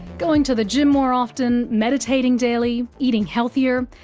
going to the gym more often, meditating daily, eating healthier,